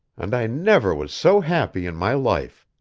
and i never was so happy in my life.